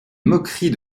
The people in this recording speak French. moqueries